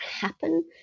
happen